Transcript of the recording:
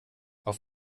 auf